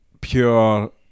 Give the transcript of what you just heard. pure